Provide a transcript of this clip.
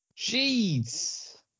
Jeez